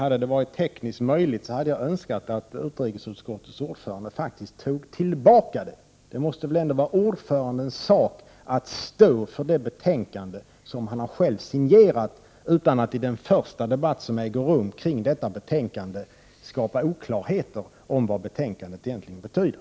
Hade det varit ”tekniskt” möjligt, skulle jag faktiskt ha yrkat att utrikesutskottets ordförande tog tillbaka sitt uttalande. Det måste väl ändå vara ordförandens sak att stå för det betänkande som han själv signerat utan att i den första debatt som äger rum och som gäller detta betänkande skapa oklarheter om vad betänkandet egentligen betyder.